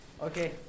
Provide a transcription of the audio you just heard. Okay